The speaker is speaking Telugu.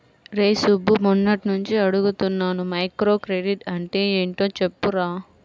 రేయ్ సుబ్బు, మొన్నట్నుంచి అడుగుతున్నాను మైక్రోక్రెడిట్ అంటే యెంటో కొంచెం చెప్పురా